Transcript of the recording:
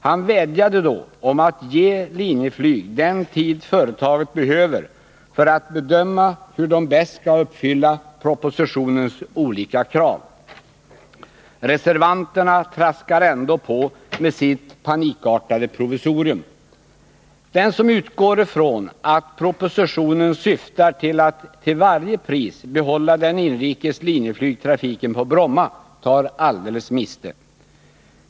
Han vädjade då om att man skulle ge Linjeflyg den tid företaget behöver för att bedöma hur det bäst skall uppfylla propositionens olika krav. Reservanterna traskar ändå på med sitt panikartade provisorium. Den som utgår från att propositionen syftar till att till varje pris behålla den inrikes linjeflygtrafiken på Bromma tar alldeles miste.